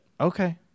Okay